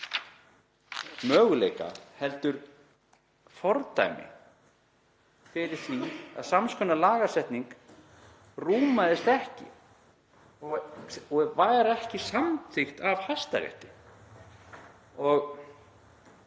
möguleika heldur fordæmi fyrir því að sams konar lagasetning rúmast ekki og var ekki samþykkt af Hæstarétti.